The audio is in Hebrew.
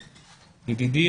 ידידי,